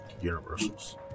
Universals